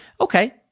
Okay